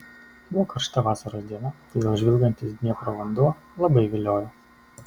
buvo karšta vasaros diena todėl žvilgantis dniepro vanduo labai viliojo